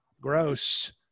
Gross